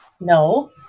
No